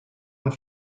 und